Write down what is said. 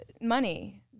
money